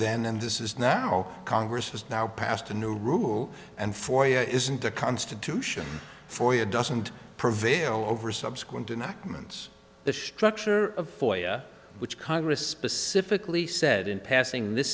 then and this is now congress has now passed a new rule and for you isn't the constitution for you doesn't prevail over subsequent in ackermann's the structure of which congress specifically said in passing this